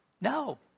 No